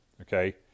Okay